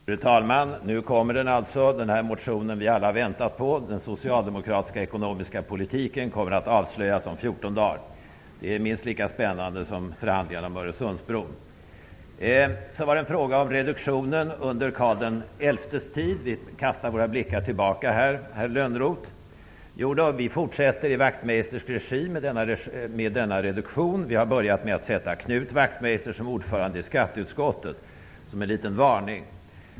Fru talman! Nu kommer alltså den motion som vi alla väntat på. Den socialdemokratiska ekonomiska politiken kommer att avslöjas om 14 dagar. Det är minst lika spännande som förhandlingarna om Öresundsbron. Så över till frågan om reduktionen under Karl XI:s tid. Vi kastar våra blickar bakåt, herr Lönnroth. Jodå, vi fortsätter i Wachtmeisters regim med denna reduktion. Som en liten varning har vi börjat med att tillsätta Knut Wachtmeister som ordförande i skatteutskottet.